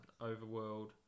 overworld